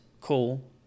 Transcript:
call